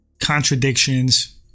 Contradictions